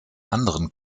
anderen